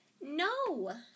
No